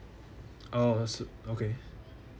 all of us suit okay